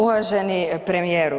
Uvaženi premijeru.